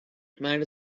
might